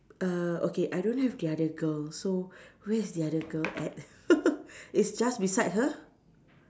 err okay I don't have the other girl so who is the other girl it's just beside her